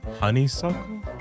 Honeysuckle